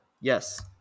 Yes